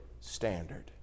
standard